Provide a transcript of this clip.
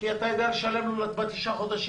אתה יודע לשלם לו בתשעה חודשים.